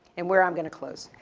and where i'm going to close.